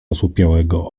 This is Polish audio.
osłupiałego